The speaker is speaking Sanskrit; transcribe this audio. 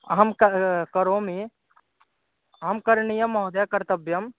अहं किं करोमि अहं करणीयं महोदया कर्तव्यम्